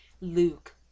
Luke